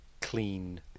clean